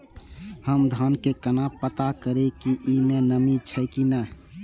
हम धान के केना पता करिए की ई में नमी छे की ने?